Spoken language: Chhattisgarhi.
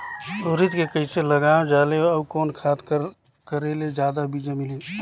उरीद के कइसे लगाय जाले अउ कोन खाद कर करेले जादा बीजा मिलही?